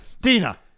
Dina